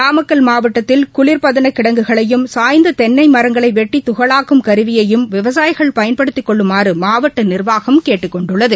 நாமக்கல் மாவட்டத்தில் குளிபதன கிடங்குகளையும் சாய்ந்த தென்னை மரங்களை வெட்டி துகளாக்கும் கருவியையும் விவசாயிகள் பயன்படுத்திக் கொள்ளுமாறு மாவட்ட நிர்வாகம் கேட்டுக் கொண்டுள்ளது